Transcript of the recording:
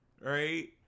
right